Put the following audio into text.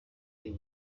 uyu